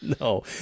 No